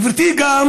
גברתי גם